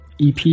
EP